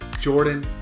Jordan